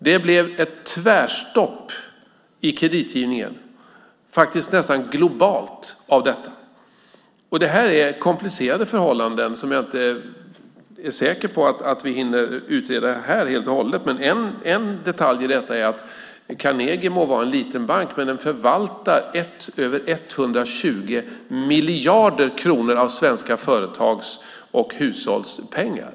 Det blev ett tvärstopp i kreditgivningen, faktiskt nästan globalt, av detta. Detta är komplicerade förhållanden som jag inte är säker på att vi hinner utreda här helt och hållet. Men en detalj i detta är att Carnegie må vara en liten bank, men den förvaltar över 120 miljarder kronor av svenska företags och hushålls pengar.